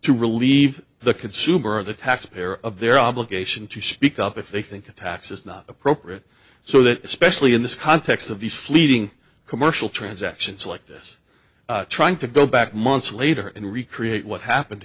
to relieve the consumer of the taxpayer of their obligation to speak up if they think a tax is not appropriate so that especially in this context of these fleeting commercial transactions like this trying to go back months later and recreate what happened